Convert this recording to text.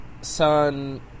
son